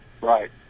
Right